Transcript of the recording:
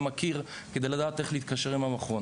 מכיר כדי לדעת איך להתקשר עם המכון.